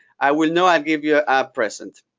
i will know. i'll give you a ah present.